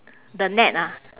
the net ah